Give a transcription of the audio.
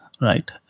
right